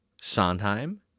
Sondheim